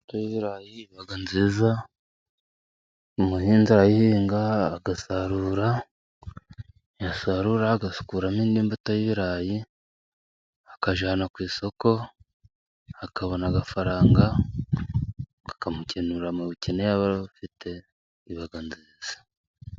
Imbuto y’ibirayi iba nziza， umuhinzi arayihinga agasarura， yasarura agakuramo n’imbuto y'ibirayi，akajyana ku isoko， akabona amafaranga， akamukenura mu bukene yaba abafite， iba nziza.